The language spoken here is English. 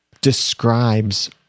describes